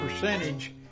percentage